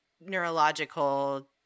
neurological